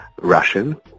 Russian